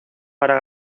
para